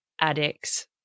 addicts